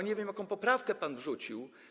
Nie wiem, jaką poprawkę pan wrzucił.